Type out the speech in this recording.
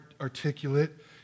articulate